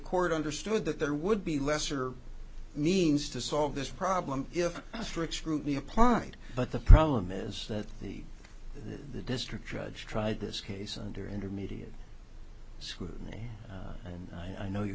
court understood that there would be lesser means to solve this problem if a strict scrutiny applied but the problem is that the the district judge tried this case under intermediate school and i know you're